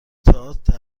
تئاتر